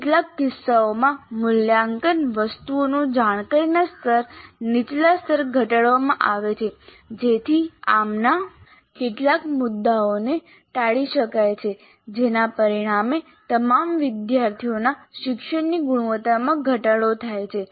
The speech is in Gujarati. કેટલાક કિસ્સાઓમાં મૂલ્યાંકન વસ્તુઓનું જાણકારીના સ્તર નીચલા સ્તરે ઘટાડવામાં આવે છે જેથી આમાંના કેટલાક મુદ્દાઓને ટાળી શકાય જેના પરિણામે તમામ વિદ્યાર્થીઓના શિક્ષણની ગુણવત્તામાં ઘટાડો થાય છે